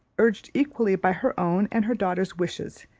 urged equally by her own and her daughter's wishes,